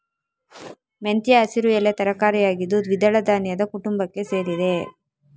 ಮೆಂತ್ಯ ಹಸಿರು ಎಲೆ ತರಕಾರಿ ಆಗಿದ್ದು ದ್ವಿದಳ ಧಾನ್ಯದ ಕುಟುಂಬಕ್ಕೆ ಸೇರಿದೆ